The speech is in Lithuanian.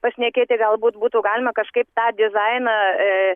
pašnekėti galbūt būtų galima kažkaip tą dizainą